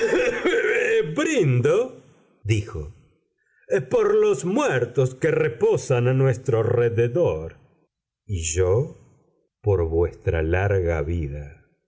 repiqueteaban brindo dijo por los muertos que reposan a nuestro rededor y yo por vuestra larga vida